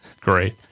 Great